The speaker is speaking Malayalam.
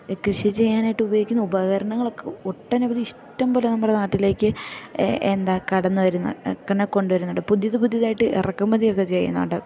കൃഷി ചെയ്യാനായിട്ട് ഉപയോഗിക്കുന്ന ഉപകരണങ്ങളൊക്കെ ഒട്ടനവധി ഇഷ്ടം പോലെ നമ്മുടെ നാട്ടിലേക്ക് എന്താ കടന്നു വരുന്ന എക്കണെ കൊണ്ടു വരുന്നുണ്ട് പുതിയത് പുതിയതായിട്ട് ഇറക്കുമതിയൊക്കെ ചെയ്യുന്നുണ്ട്